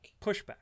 pushback